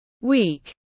week